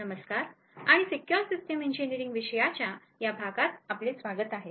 नमस्कार आणि secure systems engineering विषयाच्या या भागात आपले स्वागत आहे